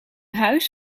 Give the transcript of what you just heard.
huis